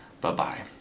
Bye-bye